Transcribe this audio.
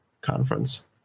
conference